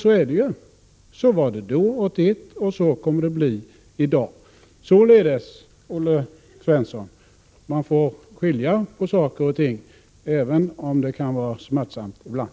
Så är det ju! Så var det då, 1981, och så kommer det att bli i dag. Man får således, Olle Svensson, skilja på saker och ting, även om det kan vara smärtsamt ibland.